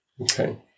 Okay